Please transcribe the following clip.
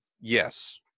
Yes